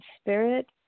spirit